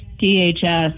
DHS